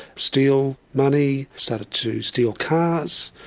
steal money, started to steal cars,